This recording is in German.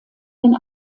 den